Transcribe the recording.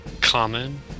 common